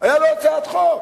היתה לו הצעת חוק.